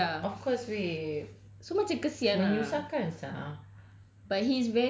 ah of course wei menyusahkan sia